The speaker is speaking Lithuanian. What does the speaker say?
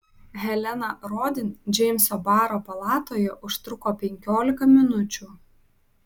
helena rodin džeimso baro palatoje užtruko penkiolika minučių